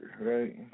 right